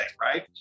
right